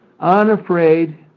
Unafraid